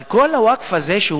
אבל כל הווקף הזה,